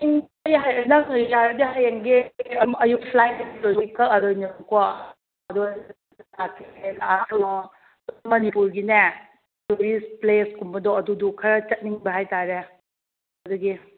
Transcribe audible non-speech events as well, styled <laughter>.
ꯄꯨꯡꯁꯦ ꯍꯌꯦꯡ ꯅꯪ ꯌꯥꯔꯗꯤ ꯍꯌꯦꯡꯁꯦ ꯑꯌꯨꯛ ꯐ꯭ꯂꯥꯏꯠ ꯑꯗꯨꯝ ꯀꯛꯑꯗꯣꯏꯅꯦꯕꯀꯣ <unintelligible> ꯃꯅꯤꯄꯨꯔꯒꯤꯅꯦ ꯇꯨꯔꯤꯁ ꯄ꯭ꯂꯦꯁ ꯀꯨꯝꯕꯗꯣ ꯑꯗꯨꯗꯣ ꯈꯔ ꯆꯠꯅꯤꯡꯕ ꯍꯥꯏꯇꯥꯔꯦ ꯑꯗꯨꯒꯤ